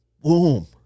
Boom